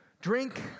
Drink